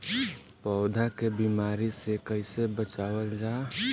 पौधा के बीमारी से कइसे बचावल जा?